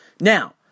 Now